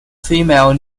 female